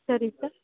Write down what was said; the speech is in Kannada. ಸರಿ ಸರ್